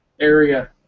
area